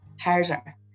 harder